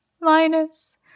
Linus